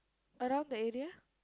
around that area